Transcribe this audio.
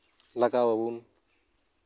ᱞᱟᱜᱟᱣᱟᱵᱚᱱ